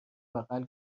بغل